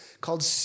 called